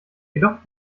jedoch